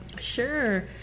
Sure